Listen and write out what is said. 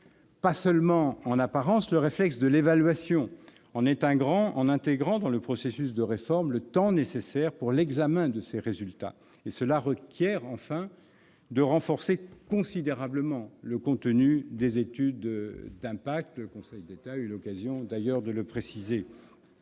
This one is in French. pas seulement en apparence, le réflexe de l'évaluation en intégrant dans le processus de réforme le temps nécessaire pour l'examen de ses résultats. Cela requiert enfin de renforcer considérablement le contenu des études d'impact. Ah ! Le Conseil d'État, de son côté, a d'ailleurs eu l'occasion